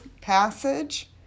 passage